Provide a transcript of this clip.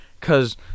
Cause